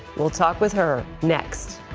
we'll talk with her, next.